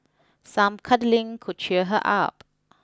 some cuddling could cheer her up